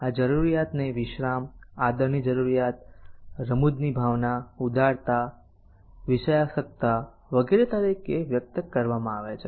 આ જરૂરિયાતને વિશ્રામ આદરની જરૂરિયાત રમૂજની ભાવના ઉદારતા વિષયાસક્તતા વગેરે તરીકે વ્યક્ત કરવામાં આવે છે